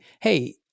Hey